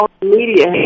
Media